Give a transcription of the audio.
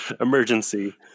emergency